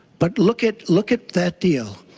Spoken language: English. but look at look at that deal.